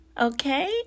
okay